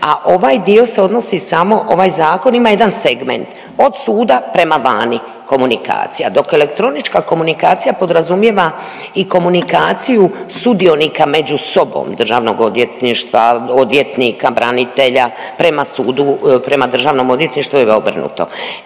a ovaj dio se odnosi samo ovaj zakon ima jedan segment od suda prema vani komunikacija, dok elektronička komunikacija podrazumijeva i komunikaciju sudionika među sobom državnog odvjetništva, odvjetnika, branitelja prema sudu, prema državnom odvjetništvu i obrnuto.